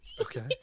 Okay